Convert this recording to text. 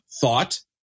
thought